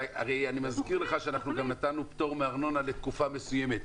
אני מזכיר לך שנתנו פטור מארנונה לתקופה מסוימת.